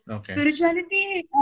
spirituality